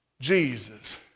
Jesus